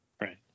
Right